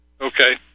Okay